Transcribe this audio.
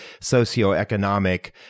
socioeconomic